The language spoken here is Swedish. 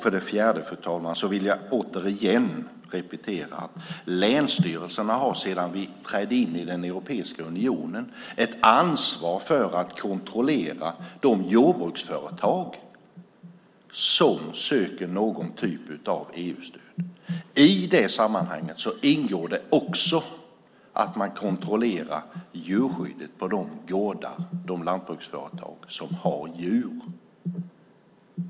För det fjärde, fru talman, vill jag repetera att länsstyrelserna har sedan vi trädde in i Europeiska unionen ett ansvar för att kontrollera de jordbruksföretag som söker någon typ av EU-stöd. I det sammanhanget ingår att man kontrollerar djurskyddet på de gårdar och lantbruksföretag som har djur.